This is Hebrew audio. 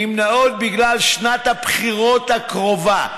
נמנעות בגלל שנת הבחירות הקרובה,